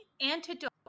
antidote